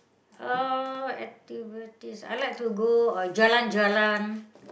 uh activities I like to go uh jalan jalan